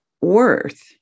worth